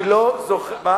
שכר המינימום.